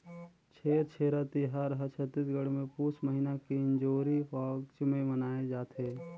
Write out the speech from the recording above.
छेरछेरा तिहार हर छत्तीसगढ़ मे पुस महिना के इंजोरी पक्छ मे मनाए जथे